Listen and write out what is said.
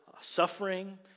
suffering